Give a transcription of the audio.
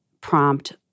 prompt